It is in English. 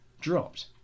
dropped